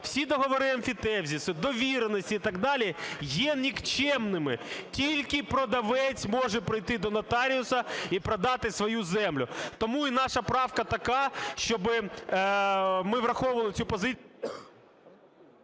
всі договори емфітевзису, довіреності і так далі є нікчемними. Тільки продавець може прийти до нотаріуса і продати свою землю. Тому і наша правка така, щоби ми враховували цю позицію…